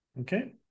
Okay